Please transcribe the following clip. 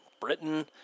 Britain